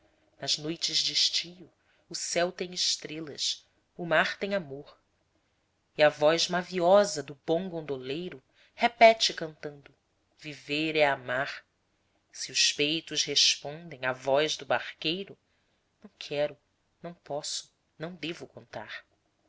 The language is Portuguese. nas noites destio o céu tem estrelas o mar tem amor e a voz maviosa do bom gondoleiro repete cantando viver é amar se os peitos respondem à voz do barqueiro não quero não posso não devo contar